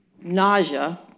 nausea